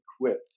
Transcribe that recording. equipped